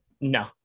No